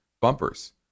bumpers